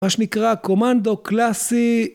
מה שנקרא קומנדו קלאסי